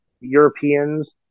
Europeans